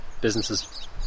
businesses